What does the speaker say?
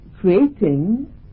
creating